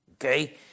Okay